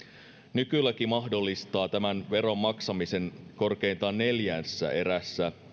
nykylaki mahdollistaa tämän veron maksamisen korkeintaan neljässä erässä